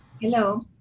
Hello